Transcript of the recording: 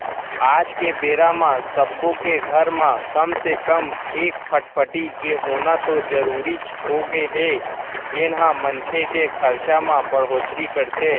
आज के बेरा म सब्बो के घर म कम से कम एक फटफटी के होना तो जरूरीच होगे हे जेन ह मनखे के खरचा म बड़होत्तरी करथे